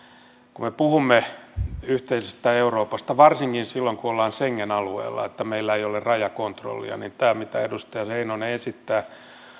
kun me puhumme yhteisestä euroopasta varsinkin silloin kun ollaan schengen alueella niin että meillä ei ole rajakontrollia niin tämä mitä edustaja heinonen esittää